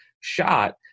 shot